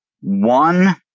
One